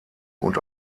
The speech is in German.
und